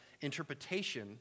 interpretation